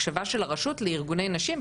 הקשבה של הרשות לארגוני נשים,